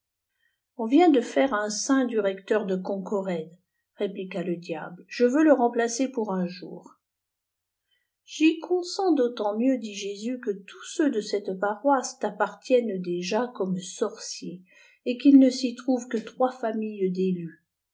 on vient de faire on saint du recteur de ronkored répliqua le diable je veux le remplacer pour un jour j consens d'autant mieux dit jésus que tous ceux de cette paroisse t'appartiçn'lient déjà comme sorciers et qu'il ne s'y trouve que trois familles